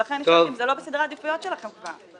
ולכן --- זה לא בסדר העדיפויות שלכם כבר.